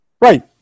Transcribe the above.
right